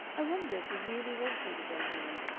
i wonder if he really wants me to go home.